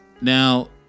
Now